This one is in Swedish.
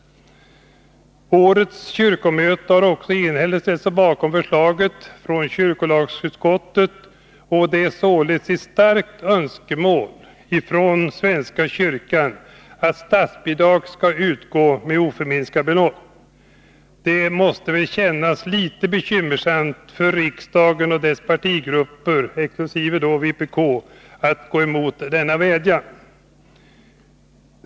Årets kyrkomöte har också enhälligt ställt sig bakom förslaget från kyrkolagutskottet, och det är således ett starkt önskemål från svenska kyrkan att statsbidraget utgår med oförminskat belopp. Det måste väl kännas litet bekymmersamt för riksdagen och dess partigrupper exkl. vpk att gå emot denna vädjan.